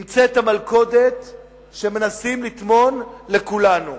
נמצאת המלכודת שמנסים לטמון לכולנו.